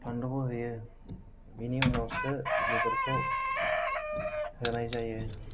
बानलुखौ होयो बेनि उनावसो बेदरखौ होनाय जायो